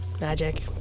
magic